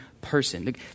person